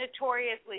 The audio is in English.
notoriously